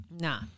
Nah